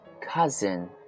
cousin